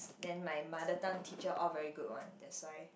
then my mother tongue teacher all very good one that's why